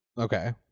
Okay